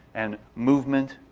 and movement,